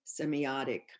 semiotic